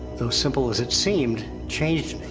though simple as it seemed, changed me,